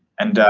and, ah,